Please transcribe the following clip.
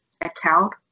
account